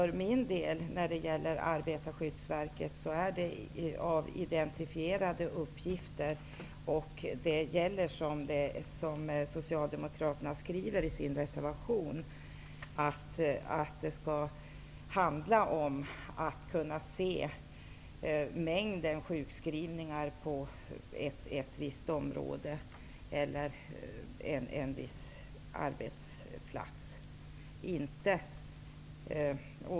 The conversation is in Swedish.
Vad gäller Arbetarskyddsverket är det fråga om avidentifierade uppgifter, och som Socialdemokraterna skriver i sin reservation handlar det om att kunna se mängden sjukskrivningar på ett visst område eller en viss arbetsplats.